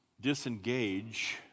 disengage